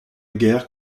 guerre